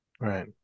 Right